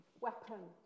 weapon